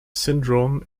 syndrome